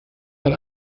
hat